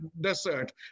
desert